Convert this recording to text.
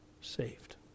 Saved